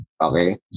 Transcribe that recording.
Okay